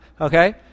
Okay